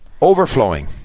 Overflowing